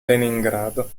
leningrado